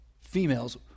females